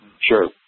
Sure